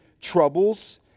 troubles